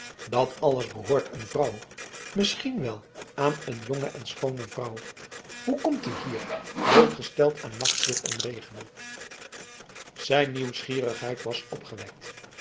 dat alles behoort aan een vrouw misschien wel aan een jonge en schoone vrouw hoe komt die hier blootgesteld aan nachtlucht en regen zijn nieuwsgierigheid was opgewekt